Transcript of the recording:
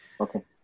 Okay